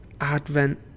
Advent